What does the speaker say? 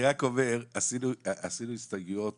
עשינו הסתייגויות